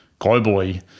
globally